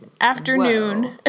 afternoon